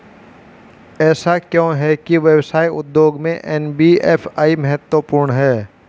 ऐसा क्यों है कि व्यवसाय उद्योग में एन.बी.एफ.आई महत्वपूर्ण है?